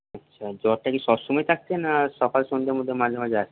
আচ্ছা জ্বরটা কি সবসময় থাকছে না সকাল সন্ধ্যের মধ্যে মাঝে মাঝে আসছে